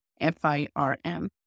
F-I-R-M